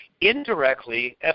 Indirectly